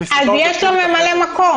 למה לייצר קונץ-פטנט חדש אם לא צריך?